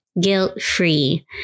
guilt-free